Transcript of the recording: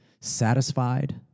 satisfied